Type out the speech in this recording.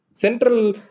Central